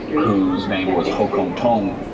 whose name was ho kam tong,